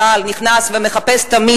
צה"ל נכנס ומחפש תמיד,